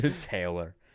Taylor